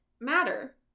matter